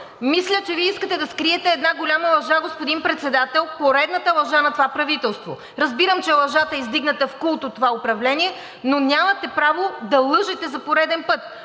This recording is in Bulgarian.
Мисля, че Вие искате да скриете една голяма лъжа, господин Председател, поредната лъжа на това правителство. Разбирам, че лъжата е издигната в култ от това управление, но нямате право да лъжете за пореден път.